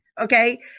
Okay